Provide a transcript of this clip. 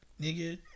nigga